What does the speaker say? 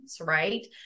right